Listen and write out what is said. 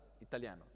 italiano